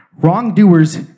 Wrongdoers